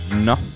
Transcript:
No